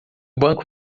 banco